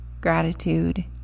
gratitude